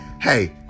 Hey